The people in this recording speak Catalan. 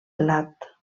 blat